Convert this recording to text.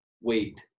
wait